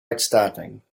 outstanding